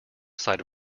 side